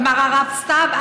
אמר הרב סתיו,